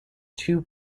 two